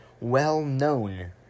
well-known